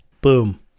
Boom